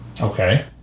Okay